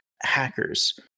Hackers